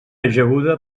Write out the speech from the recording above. ajaguda